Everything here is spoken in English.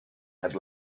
had